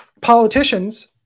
politicians